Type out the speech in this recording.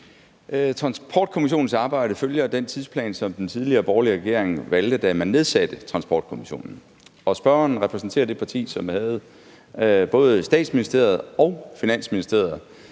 Transportkommissionens arbejde følger den tidsplan, som den tidligere, borgerlige regering valgte, da man nedsatte Transportkommissionen. Og spørgeren repræsenterer det parti, som havde både Statsministeriet og Finansministeriet,